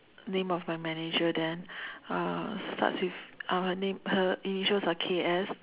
name of my manager then uh starts with uh her name her initials are K_S